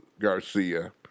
Garcia